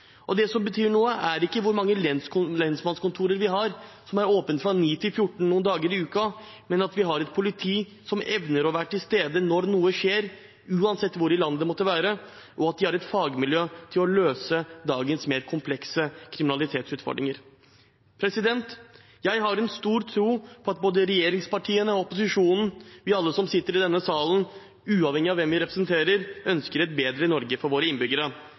Og det som betyr noe, er ikke hvor mange lensmannskontorer vi har som er åpne fra kl. 9 til kl. 14 noen dager i uken, men at vi har et politi som evner å være til stede når noe skjer, uansett hvor i landet det måtte være, og at de har et fagmiljø til å løse dagens mer komplekse kriminalitetsutfordringer. Jeg har stor tro på at både regjeringspartiene og opposisjonen – alle vi som sitter i denne salen, uavhengig av hvem vi representerer – ønsker et bedre Norge for våre innbyggere.